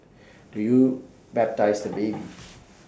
do you baptise the baby